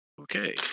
Okay